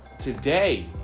Today